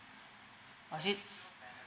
or is it